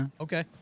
Okay